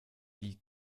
die